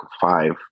five